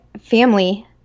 family